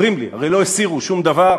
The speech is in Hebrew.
אומרים לי: הרי לא הסירו שום דבר,